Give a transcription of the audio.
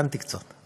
תיקנתי קצת,